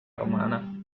romana